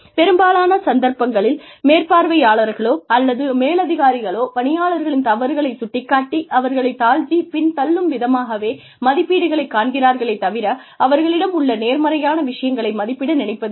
பெரும்பாலான சந்தர்ப்பங்களில் மேற்பார்வையாளர்களோ அல்லது மேலதிகாரிகளோ பணியாளர்களின் தவறுகளைச் சுட்டிக் காட்டி அவர்களைத் தாழ்த்தி பின் தள்ளும் விதமாகவே மதிப்பீடுகளைக் காண்கிறார்களே தவிர அவர்களிடம் உள்ள நேர்மறையான விஷயங்களை மதிப்பிட நினைப்பதில்லை